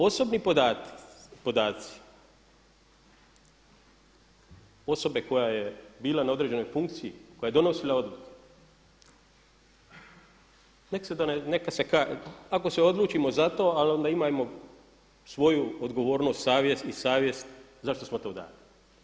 Osobni podaci osobe koja je bila na određenoj funkciji koja je donosila odluke neka se, ako se odlučimo za to, ali onda imajmo svoju odgovornost i savjest zašto smo to uradili.